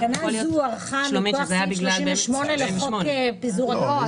התקנה הזו הוארכה מכוח סעיף 38 לחוק פיזור הכנסת --- שלומית,